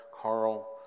Carl